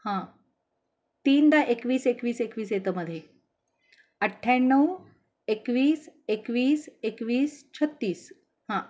हां तीनदा एकवीस एकवीस एकवीस येतं मध्ये अठ्याण्णव एकवीस एकवीस एकवीस छत्तीस हां